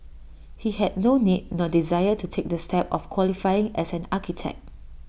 he had no need nor desire to take the step of qualifying as an architect